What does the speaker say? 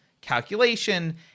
calculation